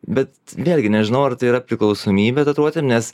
bet vėlgi nežinau ar tai yra priklausomybė tatuiruotėm nes